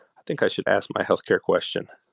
i think i should ask my healthcare question.